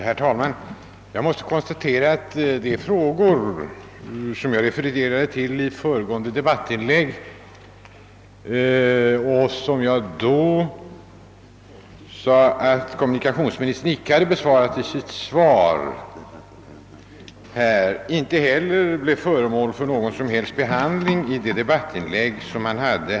Herr talman! Jag måste konstatera att de frågor som jag ställde i föregående debattinlägg inte har blivit föremål för någon som helst behandling i statsrådets följande anförande.